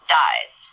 dies